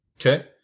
Okay